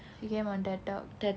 she came on ted talk